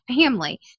family